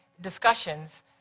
discussions